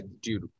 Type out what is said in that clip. Dude